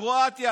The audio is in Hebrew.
קרואטיה,